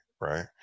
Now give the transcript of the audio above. right